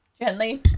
gently